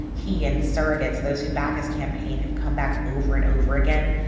he and surrogates those who back his campaign have come back over and over again.